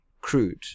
crude